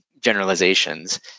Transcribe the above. generalizations